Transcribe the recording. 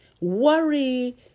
Worry